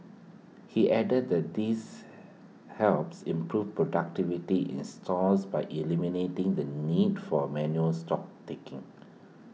he added that this helps improve productivity in stores by eliminating the need for manual stock taking